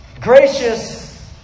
Gracious